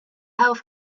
health